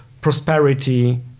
prosperity